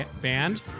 banned